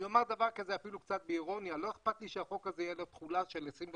אני אומר אפילו קצת באירוניה שלא אכפת לי שלחוק הזה תהיה תחולה של 25